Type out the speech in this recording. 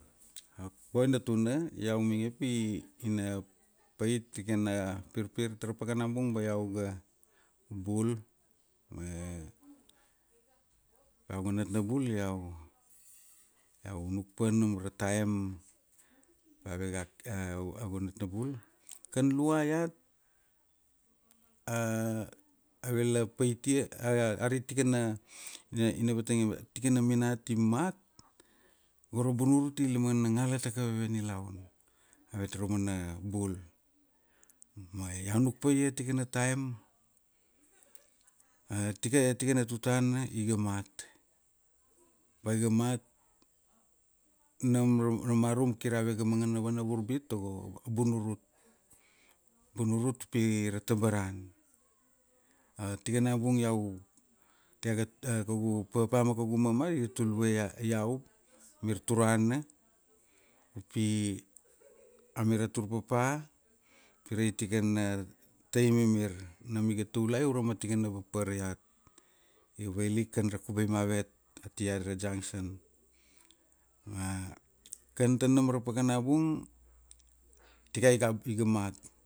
Boina tuna, iau mainge pi, ina pait tikana pirpir tara pakana bung ba iau ga, bul, ma iau ga natnabul iau, iau nuk pa nam ta taem, ba ave ga ki, iau ga natnabul. Kan lua iat, avela pait ia, ari tikana, ina ina vatangia mule, tikana minat i mat, go ra bunurut ila ti nagala takaveve nilaun. Avet ra mana bul. Ma iau nuk paia tikana taim, a tika- tikana tutana iga mat. Ba i ga mat, nam ra ra marum kir avega mangana vana vurbit tago, a bunurut. Bunurut pi ra tabaran. A tikana bung iau, diaga, a kaugu papa ma kaugu mama, ia tulue iau, mir turana, upi amira tur papa pirai tikana, tai mamir. Nam iga taulai urama tikana papar iat. I vailik kan ra kubai mavet. Ati iat ra junction. Kan tanam ra pakana bung, tikai iga an pina mat.